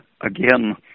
again